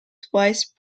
twice